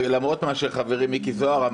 למרות מה שחברי מיקי זוהר,